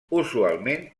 usualment